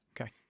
Okay